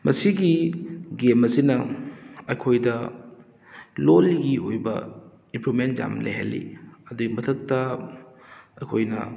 ꯃꯁꯤꯒꯤ ꯒꯦꯝ ꯑꯁꯤꯅ ꯑꯩꯈꯣꯏꯗ ꯂꯣꯜ ꯂꯤꯒꯤ ꯑꯣꯏꯕ ꯏꯝꯄ꯭ꯔꯨꯞꯃꯦꯟ ꯌꯥꯝ ꯂꯩꯍꯜꯂꯤ ꯑꯗꯨꯏ ꯃꯊꯛꯇ ꯑꯩꯈꯣꯏꯅ